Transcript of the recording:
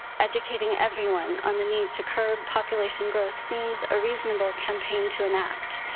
educating everyone on the need to curb population growth seems ah reasonable campaign to enact.